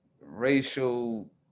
racial